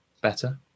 better